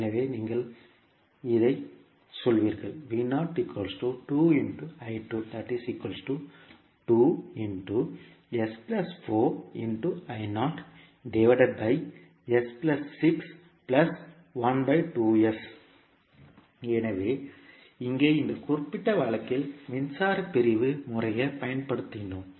எனவே நீங்கள் அதைச் சொல்வீர்கள் எனவே இங்கே இந்த குறிப்பிட்ட வழக்கில் மின்சார பிரிவு முறையைப் பயன்படுத்தினோம்